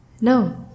No